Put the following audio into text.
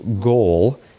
goal